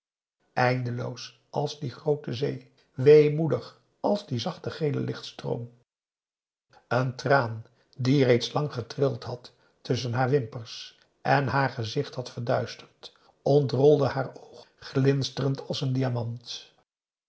eindeloos als die groote zee weemoedig als die zachte gele lichtstroom een traan die reeds lang getrild had tusschen haar wimpers en haar gezicht had verduisterd ontrolde haar oog glinsterend als een diamant